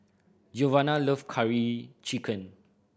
Giovanna love Curry Chicken